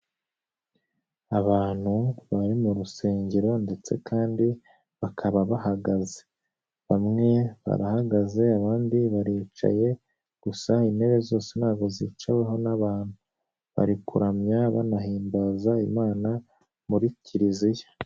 Abantu bari mu rusengero ndetse kandi bakaba bahagaze. Bamwe barahagaze abandi baricaye gusa intebe zose ntabwo zicaweho n'abantu. Bari kuramya banahimbaza imana muri kiriziya.